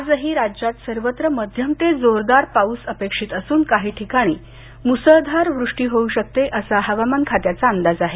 आज ही राज्यात सर्वत्र मध्यम ते जोरदार पाऊस अपेक्षित असून काही ठिकाणी मुसळधार वृष्टी होऊ शकते असा हवामान खात्याचा अंदाज आहे